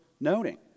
noting